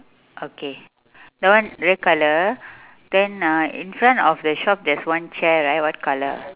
okay that one red colour then uh in front of the shop there's one chair right what colour